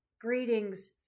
Greetings